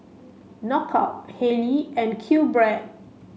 Knockout Haylee and QBread